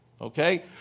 Okay